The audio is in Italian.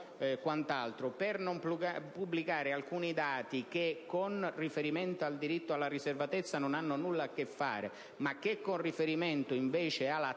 per non pubblicare alcuni dati che, con riferimento al diritto alla riservatezza, non hanno nulla a che fare, ma che hanno invece a che fare con